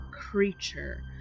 creature